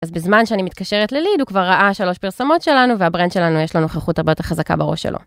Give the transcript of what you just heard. אז בזמן שאני מתקשרת לליד הוא כבר ראה 3 פרסמות שלנו והברנד שלנו יש לו נוכחות הרבה יותר חזקה בראש שלו.